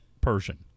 Persian